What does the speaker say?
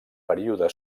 període